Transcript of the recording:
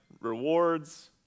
rewards